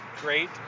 great